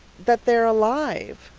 that they are alive,